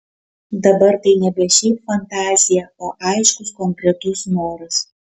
dabar tai nebe šiaip fantazija o aiškus konkretus noras